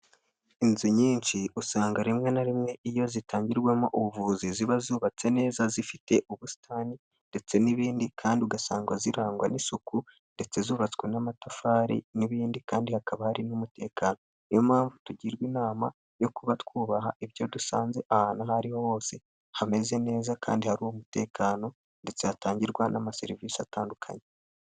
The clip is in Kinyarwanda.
Inzu nyinshi usanga rimwe na rimwe iyo zitangirwamo ubuvuzi ziba zubatse neza zifite ubusitani ndetse n'ibindi kandi ugasanga zirangwa n'isuku ndetse zubatswe n'amatafari n'ibindi kandi hakaba hari n'umutekano. Niyo mpamvu tugirwa inama yo kuba twubaha ibyo dusanze ahantu aho ariho hose hameze neza kandi hari umutekano, ndetse hatangirwa n'ama serivisi atandukanye.